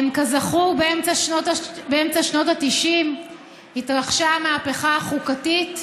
כזכור, באמצע שנות ה-90 התרחשה המהפכה החוקתית,